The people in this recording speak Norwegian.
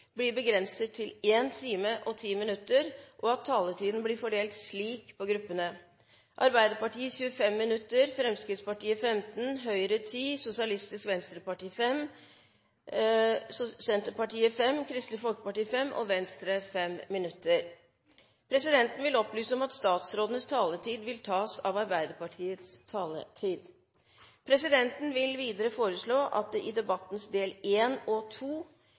blir begrenset til 1 time og 10 minutter, og at taletiden blir fordelt slik på gruppene: Arbeiderpartiet 25 minutter, Fremskrittspartiet 15 minutter, Høyre 10 minutter, Sosialistisk Venstreparti, Senterpartiet, Kristelig Folkeparti og Venstre 5 minutter hver. Presidenten vil opplyse om at statsrådenes taletid vil tas av Arbeiderpartiets taletid. Videre vil presidenten foreslå at det i debattens del 1 og